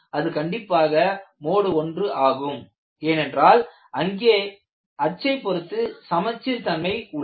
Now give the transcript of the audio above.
அது கண்டிப்பாக மோடு 1 ஆகும் ஏனென்றால் அங்கேயே அச்சை பொருத்து சமச்சீர் தன்மை உள்ளது